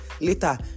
later